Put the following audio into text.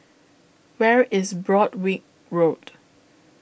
Where IS Broadrick Road